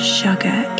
sugar